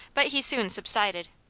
but he soon subsided.